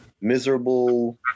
miserable